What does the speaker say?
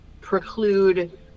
preclude